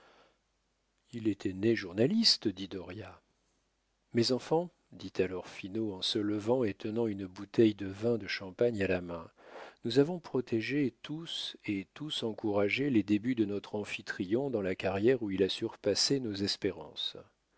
il était né journaliste dit dauriat mes enfants dit alors finot en se levant et tenant une bouteille de vin de champagne à la main nous avons protégé tous et tous encouragé les débuts de notre amphitryon dans la carrière où il a surpassé nos espérances